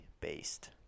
based